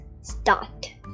start